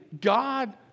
God